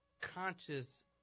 conscious